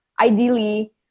ideally